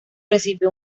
recibió